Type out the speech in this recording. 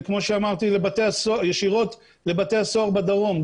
ישירות לבתי הסוהר בדרום,